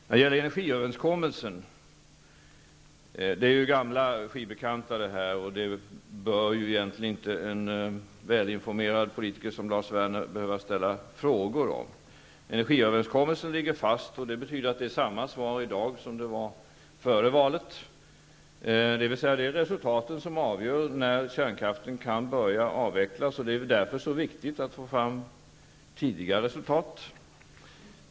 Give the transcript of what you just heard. Det som gäller energiöverenskommelsen är ju ''gamla skivbekanta'', och det bör egentligen inte en välinformerad politiker som Lars Werner behöva ställa frågor om. Energiöverenskommelsen ligger fast, och det betyder att det är samma svar i dag som före valet, dvs. att det är resultaten som avgör när kärnkraften kan börja avvecklas, och att det därför är så viktigt att få fram tidiga resultat.